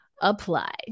apply